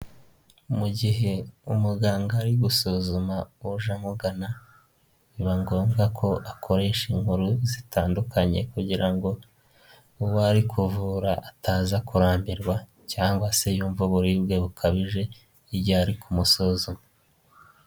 Mu gihe umuganga ari gusuzuma uje amugana, biba ngombwa ko akoresha inkuru zitandukanye kugira ngo uwo ari kuvura ataza kurambirwa cyangwa se yumve uburibwe bukabije igihe ari kumusuzuma.